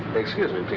excuse me,